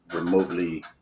remotely